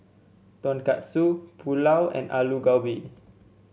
Tonkatsu Pulao and Alu Gobi